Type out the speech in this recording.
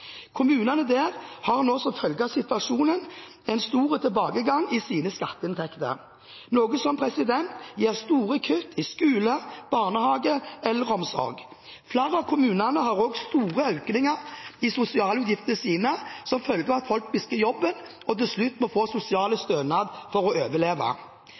Kommunene der har nå som følge av situasjonen en stor tilbakegang i sine skatteinntekter, noe som gir store kutt i skoler, barnehager og eldreomsorg. Flere av kommunene har også fått store økninger i sosialutgiftene sine som følge av at folk mister jobben og til slutt må få sosialstønad for å overleve.